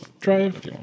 drive